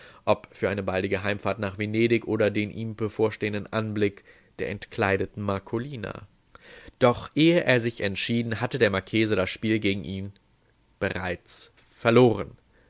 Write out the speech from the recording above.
ob für seine baldige heimfahrt nach venedig oder den ihm bevorstehenden anblick der entkleideten marcolina doch ehe er sich entschieden hatte der marchese das spiel gegen ihn bereits verloren